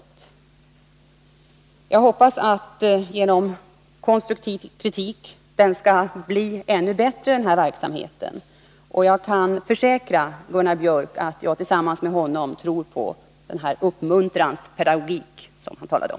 Det är min förhoppning att den här verksamheten genom konstruktiv kritik skall bli ännu bättre, och jag kan försäkra Gunnar Biörck att jag liksom han tror på den uppmuntrans pedagogik som han talade om.